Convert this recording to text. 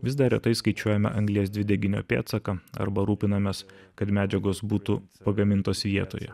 vis dar retai skaičiuojame anglies dvideginio pėdsaką arba rūpinamės kad medžiagos būtų pagamintos vietoje